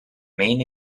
main